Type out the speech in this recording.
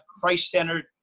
christ-centered